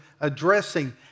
addressing